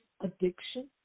addiction